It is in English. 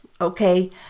Okay